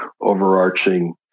overarching